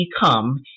become